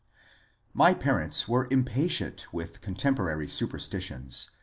my parents were impatient with contemporary superstitions.